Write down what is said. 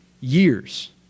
years